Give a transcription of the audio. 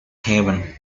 heaven